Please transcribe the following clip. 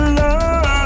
love